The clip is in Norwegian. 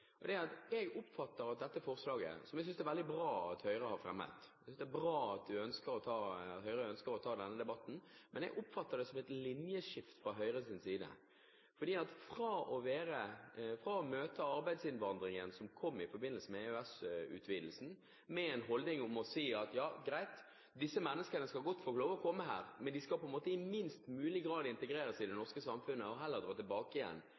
Jeg synes det er veldig bra at Høyre har fremmet dette forslaget. Jeg synes det er bra at Høyre ønsker å ta denne debatten, men jeg oppfatter det som et linjeskift fra Høyres side. Fra å møte arbeidsinnvandringen som kom i forbindelse med EØS-utvidelsen, med den holdningen at greit, disse menneskene kan godt få lov å komme hit, men de skal i minst mulig grad integreres i det norske samfunnet og heller dra tilbake igjen